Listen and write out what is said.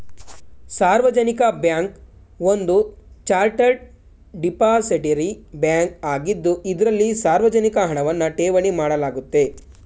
ಸಾರ್ವಜನಿಕ ಬ್ಯಾಂಕ್ ಒಂದು chartered depository bank ಆಗಿದ್ದು ಇದ್ರಲ್ಲಿ ಸಾರ್ವಜನಿಕ ಹಣವನ್ನ ಠೇವಣಿ ಮಾಡಲಾಗುತ್ತೆ